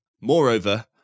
Moreover